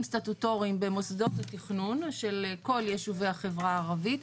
סטטוטוריים במוסדות התכנון של כל יישובי החברה הערבית,